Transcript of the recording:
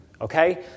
Okay